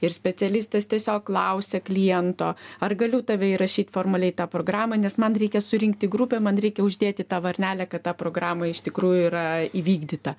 ir specialistas tiesiog klausia kliento ar galiu tave įrašyt formaliai į tą programą nes man reikia surinkti grupę man reikia uždėti tą varnelę kad ta programa iš tikrųjų yra įvykdyta